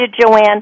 Joanne